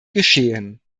geschehen